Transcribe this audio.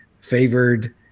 favored